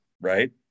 right